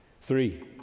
Three